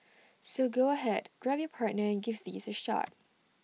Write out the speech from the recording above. so go ahead grab your partner and give these A shot